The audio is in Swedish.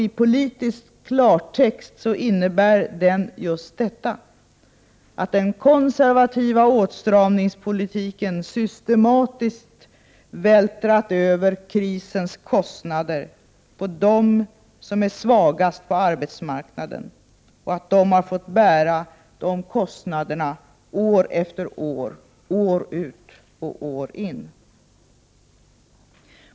I politisk klartext innebär den just detta — att den konservativa åtstramningspolitiken systematiskt vältrat över krisens kostnader på dem som är svagast på arbetsmarknaden, och att de har fått bära de kostnaderna år efter år, år ut och år in.